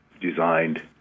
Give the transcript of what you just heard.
designed